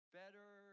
better